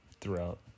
throughout